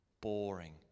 boring